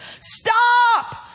Stop